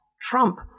Trump